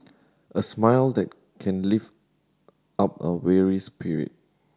a smile that can lift up a weary spirit